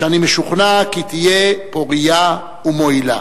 שאני משוכנע כי תהיה פורייה ומועילה.